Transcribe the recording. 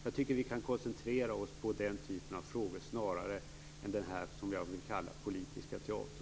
Jag tycker att vi kan koncentrera oss på den typen av frågor snarare än denna som jag vill kalla politiska teatern.